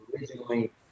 originally